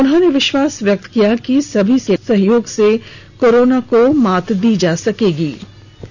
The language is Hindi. उन्होंने विश्वास व्यक्त किया कि सभी से सहयोग से कोरोना को मात दें सकेंगे